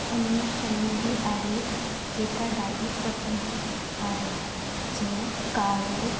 अन्य शयूं बि आहे जेका ॾाढी प्रसीद्ध आहे जीअं कावड़